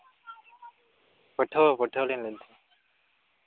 ᱯᱟᱹᱴᱷᱣᱟᱹ ᱯᱟᱹᱴᱷᱣᱟᱹ ᱞᱤᱧ ᱞᱟᱹᱭ ᱮᱫᱟ